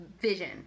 vision